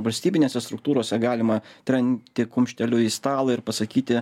valstybinėse struktūrose galima trenkti kumšteliu į stalą ir pasakyti